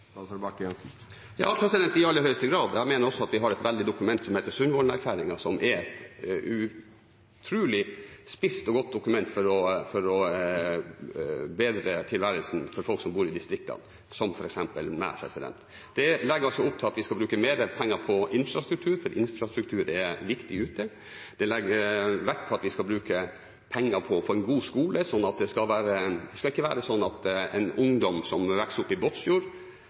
Ja, i aller høyeste grad. Jeg mener også at vi har et dokument som heter Sundvolden-erklæringen, som er et utrolig spisst og godt dokument for å bedre tilværelsen for folk som bor i distriktene, som f.eks. meg. Det legger opp til at vi skal bruke mer penger på infrastruktur, for infrastruktur er viktig ute. Det legger vekt på at vi skal bruke penger på å få en god skole, så det ikke skal være sånn at en ungdom som vokser opp i Båtsfjord,